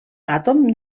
àtom